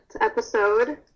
episode